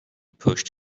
pushed